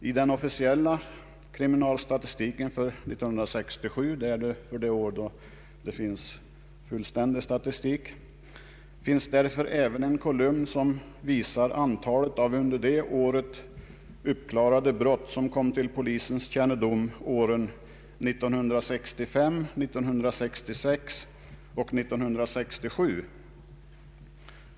I den officiella kriminalstatistiken för år 1967 — det år för vilket det finns en fullständig statistik — förekommer därför också en kolumn som visar antalet under det året uppklarade brott som kom till polisens kännedom under åren 1965, 1966 och 1967.